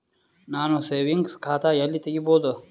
ನಾನು ಸೇವಿಂಗ್ಸ್ ಖಾತಾ ಎಲ್ಲಿ ತಗಿಬೋದು?